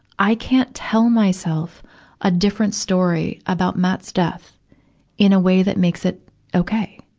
i can't tell myself a different story about matt's death in a way that makes it okay.